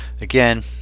again